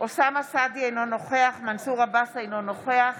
אוסאמה סעדי, אינו נוכח מנסור עבאס, אינו נוכח